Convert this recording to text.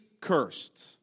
cursed